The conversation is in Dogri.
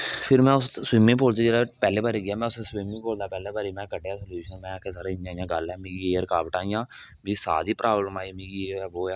फिर में उस स्बिमिंग पूल पैहली बारी गेआ में उस स्बिमिंग पूल दा पैहली बारी में कड्ढेआ सामान में आखेआ सर इद्धर बी इयै स्हाब ऐ एह् एह् रकावटां हियां मिगी साह दी प्राव्लम आई एह् है ओह्